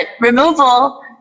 removal